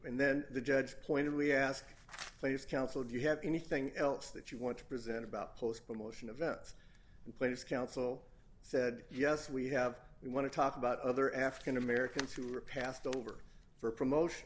and then the judge pointedly asked please counsel do you have anything else that you want to present about post promotion of events and please counsel said yes we have we want to talk about other african americans who are passed over for promotion